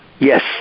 Yes